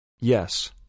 Yes